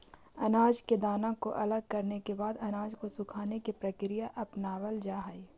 अनाज के दाना को अलग करने के बाद अनाज को सुखाने की प्रक्रिया अपनावल जा हई